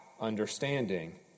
understanding